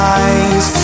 eyes